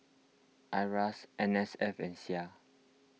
Iras N S F and Sia